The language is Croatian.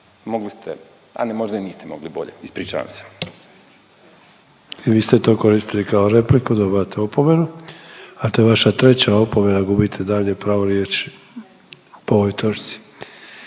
Mogli ste, a ne možda i niste mogli bolje. Ispričavam se. **Sanader, Ante (HDZ)** I vi ste iskoristili to kao repliku dobivate opomenu, a to je vaša treća opomena gubite daljnje pravo riječi po ovoj točci.